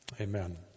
Amen